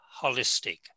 holistic